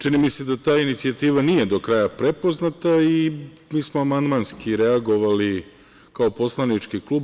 Čini mi se da ta inicijativa nije do kraja prepoznata i mi smo amandmanski reagovali kao poslanički klub.